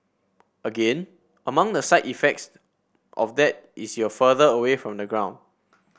again among the side effects of that is you're further away from the ground